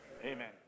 Amen